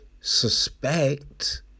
suspect